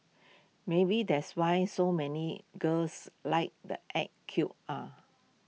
maybe that's why so many girls like the act cute ah